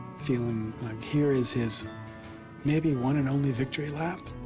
feeling like here is his maybe one and only victory lap.